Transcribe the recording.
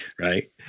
right